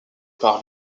par